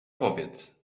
powiedz